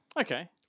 Okay